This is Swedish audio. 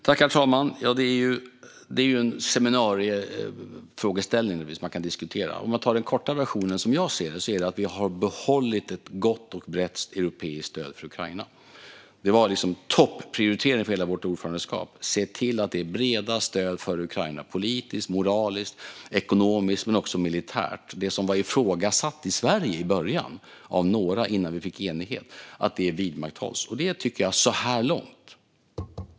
Herr talman! Ja, det är en seminariefrågeställning som man kan diskutera. Men jag kan ta den korta versionen, som jag ser det. Vi har behållit ett gott och brett europeiskt stöd för Ukraina. Det var liksom topp-prioriteringen för hela vårt ordförandeskap. Det handlar om att se till att det breda stödet för Ukraina vidmakthålls - politiskt, moraliskt, ekonomiskt men också militärt, det som ifrågasattes av några i Sverige i början, innan vi fick enighet. Det tycker jag att vi, så här långt, har gjort.